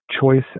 choice